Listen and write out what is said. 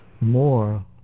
more